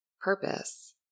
purpose